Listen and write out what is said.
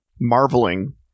marveling